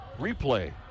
replay